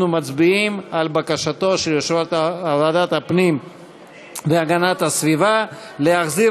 אנחנו מצביעים על בקשתו של יושב-ראש ועדת הפנים והגנת הסביבה להחזיר